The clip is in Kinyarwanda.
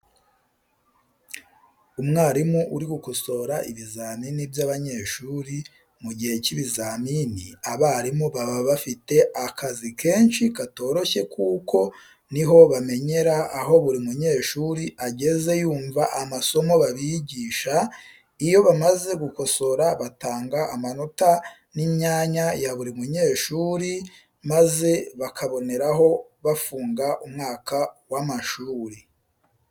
Umwarimu uri gukosora ibizamini by'abanyeshuri. Mu gihe cy'ibizamini abarimu baba bafite akazi kenshi katoroshye kuko ni ho bamenyera aho buri munyeshuri ageze yumva amasomo babigisha, iyo bamaze gukosora batanga amanota n'imyanya ya buri munyeshuri maze bakaboneraho bafunga umwaka w'amashuri.